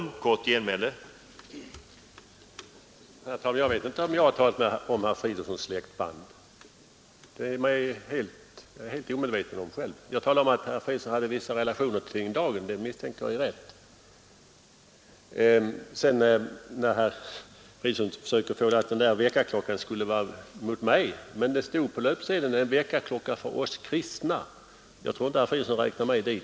Herr talman! Jag vet inte om jag har talat om herr Fridolfssons i Stockholm släktband. Det är jag helt omedveten om själv. Jag har talat om att herr Fridolfsson har vissa relationer till Dagen. Det misstänker jag är rätt. Herr Fridolfsson försökte vända det här med väckarklockan mot mig, men det stod på löpsedeln: en väckarklocka för oss kristna. Jag tror inte att herr Fridolfsson räknar mig dit.